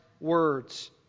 words